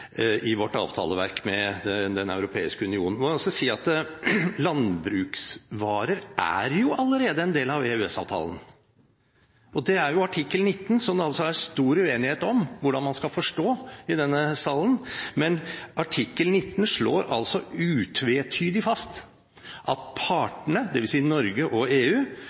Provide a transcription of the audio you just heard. i vårt avtaleverk med Den europeiske union. Jeg må si: Landbruksvarer er jo allerede en del av EØS-avtalen. Det står altså artikkel 19, som det i denne salen er stor uenighet hvordan man skal forstå. Men artikkel 19 slår utvetydig fast at partene, dvs. Norge og EU,